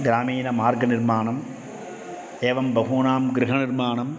ग्रामीणमार्गनिर्माणम् एवं बहूनां गृहनिर्माणम्